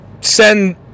send